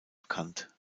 bekannt